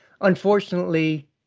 unfortunately